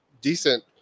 decent